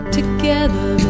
together